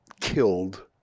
killed